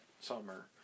summer